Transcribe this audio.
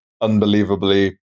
unbelievably